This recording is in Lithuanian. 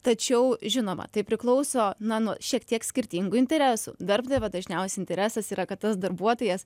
tačiau žinoma tai priklauso na nuo šiek tiek skirtingų interesų darbdavio dažniausiai interesas yra kad tas darbuotojas